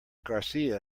garcia